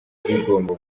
zigomba